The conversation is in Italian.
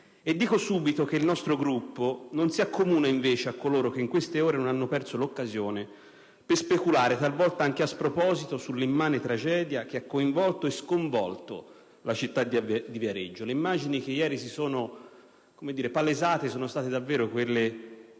Dico subito che il nostro Gruppo non si accomuna invece a coloro che in queste ore non hanno perso l'occasione per speculare, talvolta anche a sproposito, sull'immane tragedia che ha coinvolto e sconvolto la città di Viareggio. Le immagini che ieri si sono palesate sono state davvero quelle